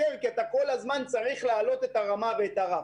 כי כל הזמן צריך להעלות את הרמה ואת הרף.